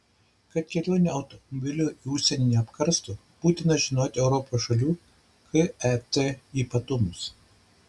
kad kelionė automobiliu į užsienį neapkarstų būtina žinoti europos šalių ket ypatumus